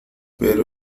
pero